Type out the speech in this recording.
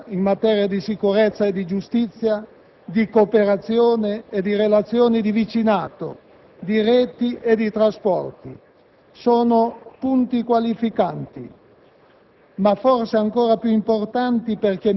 con quelle in favore della ricerca, in materia di sicurezza e di giustizia, di cooperazione e di relazioni di vicinato, di reti e di trasporto. Sono punti qualificanti,